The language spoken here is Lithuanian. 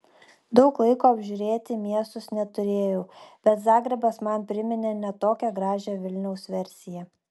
daug laiko apžiūrėti miestus neturėjau bet zagrebas man priminė ne tokią gražią vilniaus versiją